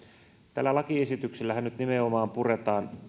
tällä lakiesityksellähän nyt nimenomaan puretaan